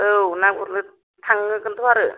औ ना गुरनो थांगोनथ' आरो